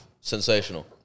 Sensational